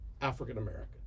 African-American